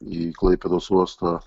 į klaipėdos uostą